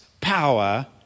power